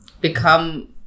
become